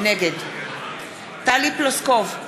נגד טלי פלוסקוב,